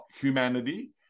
humanity